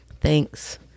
Thanks